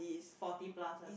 forty plus one